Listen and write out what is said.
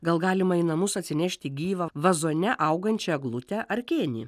gal galima į namus atsinešti gyvą vazone augančią eglutę ar kėnį